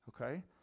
okay